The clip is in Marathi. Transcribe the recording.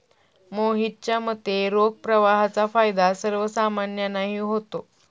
मोहितच्या मते, रोख प्रवाहाचा फायदा सर्वसामान्यांनाही होतो